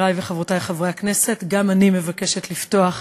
חברי וחברותי חברי הכנסת, גם אני מבקשת לפתוח